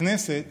הכנסת